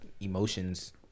emotions